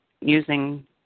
using